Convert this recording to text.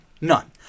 None